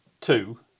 two